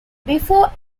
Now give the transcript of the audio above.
before